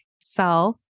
self